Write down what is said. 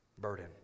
burden